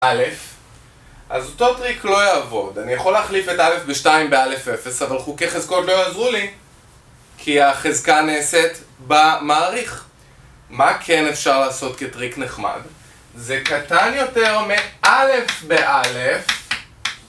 א' אז אותו טריק לא יעבוד, אני יכול להחליף את א' ב-2 באלף אפס אבל חוקי חזקות לא יעזרו לי כי החזקה נעשית במעריך. מה כן אפשר לעשות כטריק נחמד זה קטן יותר מאלף באלף